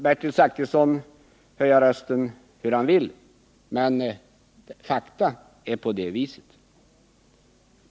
Bertil Zachrisson får höja rösten hur mycket han vill, men fakta är sådana.